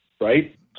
right